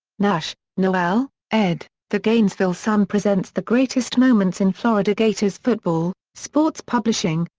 nash, noel, ed, the gainesville sun presents the greatest moments in florida gators football, sports publishing,